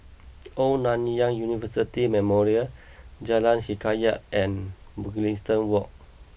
Old Nanyang University Memorial Jalan Hikayat and Mugliston Walk